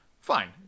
fine